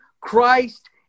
Christ